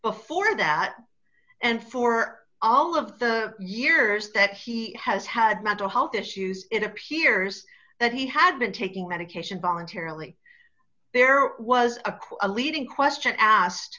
before that and for all of the years that he has had mental health issues it appears that he had been taking medication voluntarily there was a quote a leading question asked